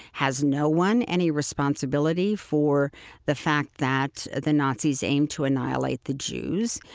has no one any responsibility for the fact that the nazis aim to annihilate the jews?